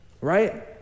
right